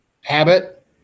habit